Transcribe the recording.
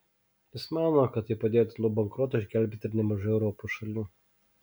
jis mano kad tai padėtų nuo bankroto išgelbėti ir nemažai europos šalių